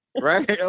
right